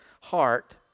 heart